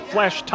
Flash